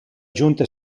giunta